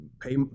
pay